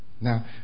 Now